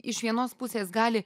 iš vienos pusės gali